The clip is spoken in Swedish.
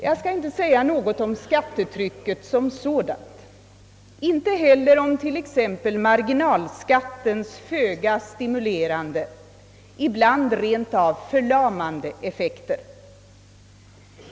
Jag skall inte säga något om skattetrycket som sådant, inte heller om t.ex. marginalskattens föga stimulerande och ibland rent av förlamande effekter.